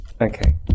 okay